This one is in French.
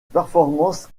performances